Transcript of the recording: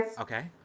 okay